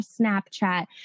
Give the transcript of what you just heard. Snapchat